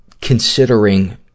considering